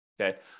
Okay